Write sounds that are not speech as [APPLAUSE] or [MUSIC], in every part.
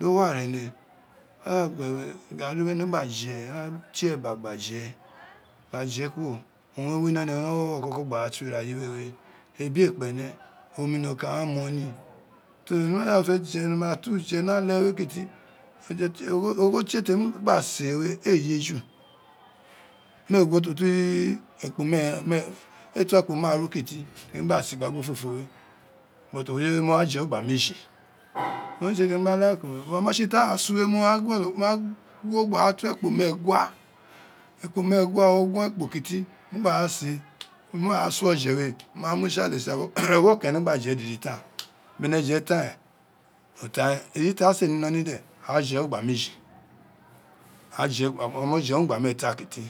Dọ wa rene gani we ene gba je a tieba gba je [NOISE] gba je kuro owun ne wi ino ene ni ọwọwọ kọkọ gba ra twi ra yiwe we obi éé kpene omi nokan owun a mọn ni so ene ma da de je ene ma tu je ni ale kiti oje [HESITATION] ogho tie temi gbe see we éé ye ju méé ro gin o twi ekpo méé ren éé twe kpo maaru kiti temi gha loke iro, but o ma tse ta ra su we, mo wa gwo gba ra to ekpo méé gua ekpo méé gua ne, ogun, ekpo kito iwo gba ra see, mo gha ra suofe we, ma. untsi ake tsi rabọbọ ewo kan ene, gba je dede tan bene jo dede tan o tan ren. eyi ta se iloli de a je wu gba meji a mo je wun gba mééta kiti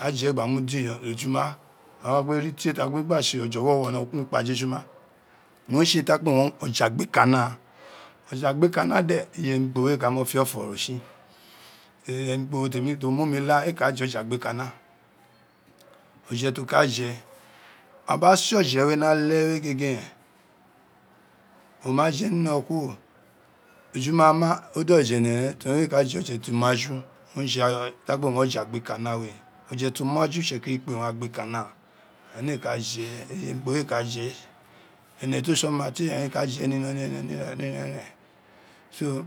a jewun mu de ejuma, awa kpe ti tse ta kpe gba ara tse. Ofe ọwọwọ ni ukpaja wjuma owun re tse ta kpe wun oje agbi kuna ojea kinu de iyemi éé ka fiọfọ ro tsi oyemi kporo to me mu ka éé ka je ofe agbikana, oje we ni ale we gege ren o ma fe nino kuro eyin ma ma o da oje ene eben teni éé ka fe oje to ma ju owun re tse ta kpe woun oje agbikana we oje to magu owun iysekiri kpe agbikana, ene éé ka je. iyemi kporo éé ka ji ene to tse omatie re owun re ka je ni iloli ene ni iva eren so.